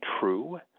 true